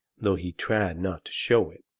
though he tried not to show it.